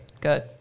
good